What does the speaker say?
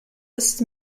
ist